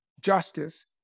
justice